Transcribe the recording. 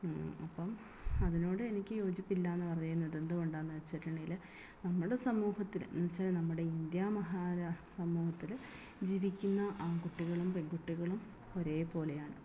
അപ്പം അതിനോട് എനിക്ക് യോജിപ്പില്ലയെന്നു പറയുന്നതെന്തുകൊണ്ടാണ് വെച്ചിട്ടുണ്ടെങ്കിൽ നമ്മുടെ സമൂഹത്തിൽ എന്നു വെച്ചാൽ നമ്മുടെ ഇന്ത്യ മഹാരാ സമൂഹത്തിൽ ജീവിക്കുന്ന ആൺകുട്ടികളും പെൺകുട്ടികളും ഒരേപോലെയാണ്